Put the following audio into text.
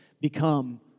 become